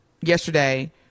yesterday